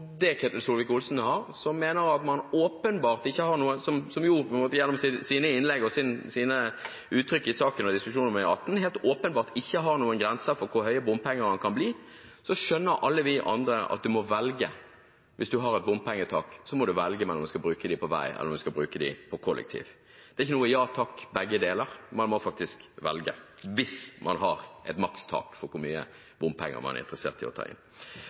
det Ketil Solvik-Olsen vil ha, som gjennom sine innlegg i saken og i diskusjonen om E18 gir uttrykk for at det helt åpenbart ikke er noen grenser for hvor høye bompengene kan bli. Alle vi andre skjønner at en må velge. Hvis en har et bompengetak, må en velge mellom å bruke pengene på vei eller på kollektivtilbud. Det er ikke noe «ja takk, begge deler». En må faktisk velge hvis en har et makstak for hvor mye bompenger en er interessert i å ta inn.